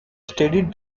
steady